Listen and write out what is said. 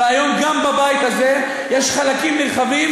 והיום גם בבית הזה יש חלקים נרחבים